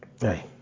hey